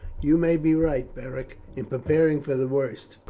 you may be right, beric, in preparing for the worst,